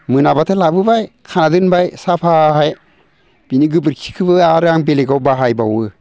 मोनाब्लाथाय लाबोबाय खाना दोनबाय साफाहाय बिनि गोबोरखिखोबो आरो आं बेलेकआव बाहायबावो